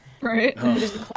Right